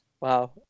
Wow